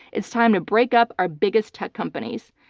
it's time to break up our biggest tech companies,